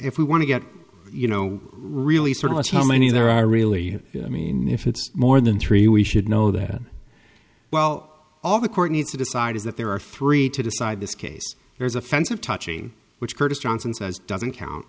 if we want to get you know really sort of us how many there are really i mean if it's more than three we should know that well all the court needs to decide is that there are three to decide this case there's offensive touching which curtis johnson says doesn't count